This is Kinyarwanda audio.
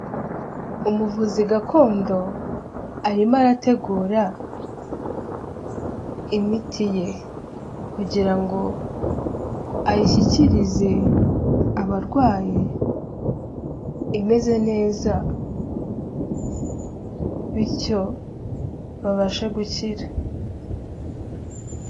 Umuvuzi gakondo arimo arategura imiti ye kugira ngo ayishyikirize abarwayi imeze neza bityo babashe gukira.